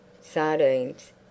sardines